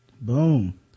boom